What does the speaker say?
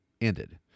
ended